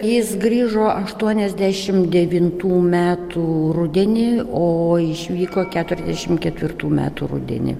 jis grįžo aštuoniasdešim devintų metų rudenį o išvyko keturiasdešim ketvirtų metų rudenį